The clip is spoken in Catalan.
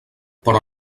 però